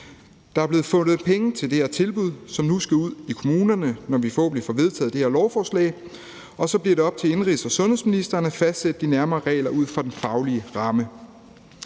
Der er blevet fundet penge til det her tilbud, som nu skal ud i kommunerne, når vi forhåbentlig får vedtaget det her lovforslag, og så bliver det op til indenrigs- og sundhedsministeren at fastsætte de nærmere regler ud fra den faglige ramme.